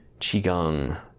qigong